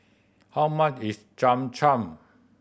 how much is Cham Cham